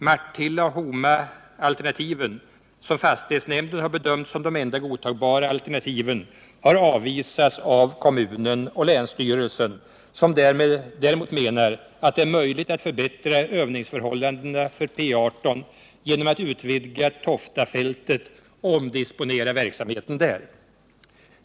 Martilleoch Homaalternativen, som fastighetsnämnden har bedömt som de enda godtagbara alternativen, har avvisats av kommunen och länsstyrelsen, som däremot menar att det är möjligt att förbättra övningsförhållandena för P 18 genom att utvidga Toftafältet och omdisponera verksamheten där.